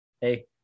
Hey